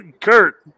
Kurt